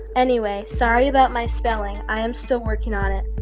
anyway, sorry about my spelling. i am still working on it.